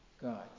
God